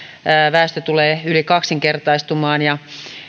väestö tulee yli kaksinkertaistumaan ja